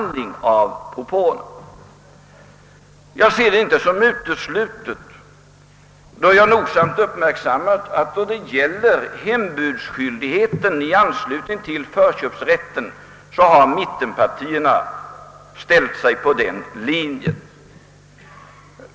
Jag betraktar emellertid inte detta som uteslutet, då jag nogsamt uppmärksammat att beträffande hembudsskyldigheten i anslutning till förköpsrätten har mittenpartierna ställt sig på vår linje.